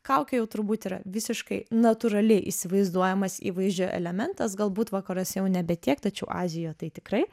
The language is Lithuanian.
kaukė jau turbūt yra visiškai natūraliai įsivaizduojamas įvaizdžio elementas galbūt vakaruose jau nebe tiek tačiau azijoje tai tikrai